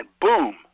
boom